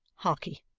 harkee,